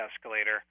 escalator